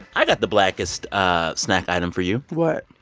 i got the blackest ah snack item for you what?